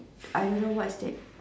I don't know what's that